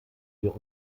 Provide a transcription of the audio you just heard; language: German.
wir